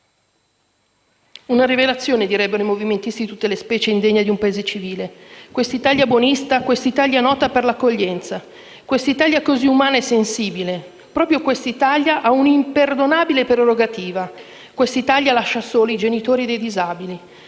Una rivelazione, direbbero i movimentisti di tutte le specie, indegna di un Paese civile. Questa Italia buonista, questa Italia nota per l'accoglienza, questa Italia così umana e sensibile, proprio questa Italia ha un'imperdonabile prerogativa: lascia soli i genitori dei disabili.